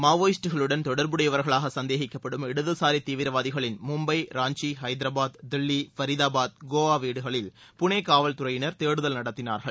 மாவோஸ்டுகளுடன் தொடா்புடையவா்களாக சந்தேகிக்கப்படும் இடதுசாரி தீவிரவாதிகளின் மும்பை ராஞ்சி ஹைதராபாத் தில்லி பரிதாபாத் கோவா வீடுகளில் புனே காவல்துறையினா் தேடுதல் நடத்தினாா்கள்